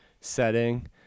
setting